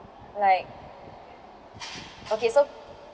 like okay so